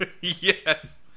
Yes